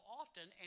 often